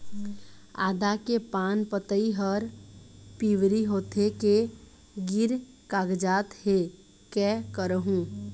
आदा के पान पतई हर पिवरी होथे के गिर कागजात हे, कै करहूं?